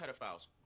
pedophiles